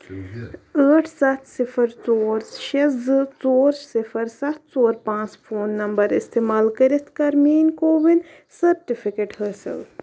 ٲٹھ سَتھ صِفر ژور شےٚ زٕ ژور صِفر سَتھ ژور پانٛژھ فون نمبر اِستعمال کٔرِتھ کَر میٛٲنۍ کوٚوِن سرٹیفِکیٹ حٲصِل